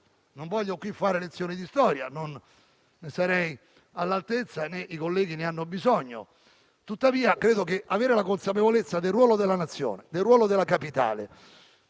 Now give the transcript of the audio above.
Non voglio fare qui una lezione di storia: non sarei all'altezza né i colleghi ne hanno bisogno. Tuttavia, credo che avere consapevolezza del ruolo della nazione e del ruolo della capitale